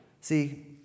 See